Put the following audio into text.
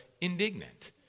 indignant